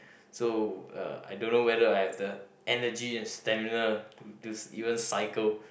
so uh I don't know whether I have the energy and stamina to to even cycle